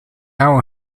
hour